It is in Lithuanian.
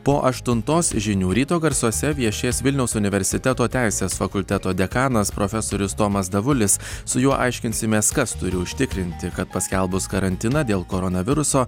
po aštuntos žinių ryto garsuose viešės vilniaus universiteto teisės fakulteto dekanas profesorius tomas davulis su juo aiškinsimės kas turi užtikrinti kad paskelbus karantiną dėl koronaviruso